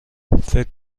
فکر